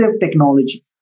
technology